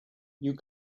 you